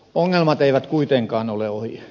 ongelmat eivät kuitenkaan ole ohi